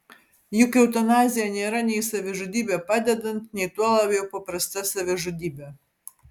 juk eutanazija nėra nei savižudybė padedant nei tuo labiau paprasta savižudybė